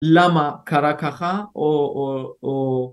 למה קרה ככה או או